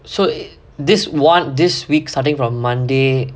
so this [one] this week starting from monday